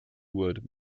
wood